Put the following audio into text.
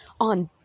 on